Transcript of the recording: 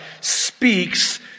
speaks